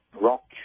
rock